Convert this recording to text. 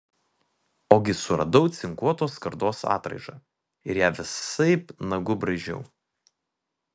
ogi suradau cinkuotos skardos atraižą ir ją visaip nagu braižiau